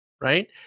right